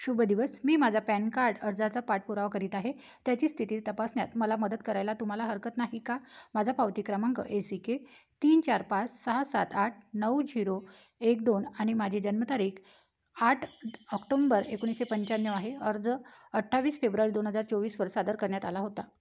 शुभदिवस मी माझा PAN card अर्जाचा पाठपुरावा करीत आहे त्याची स्थिती तपासण्यात मला मदत करायला तुम्हाला हरकत नाही का माझा पावती क्रमांक ए सी के तीन चार पाच सहा सात आठ नऊ झिरो एक दोन आणि माझी जन्मतारीख आठ ऑक्टोंबर एकोणीसशे पंच्याण्णव आहे अर्ज अठ्ठावीस फेब्रुवारी दोन हजार चोवीसवर सादर करण्यात आला होता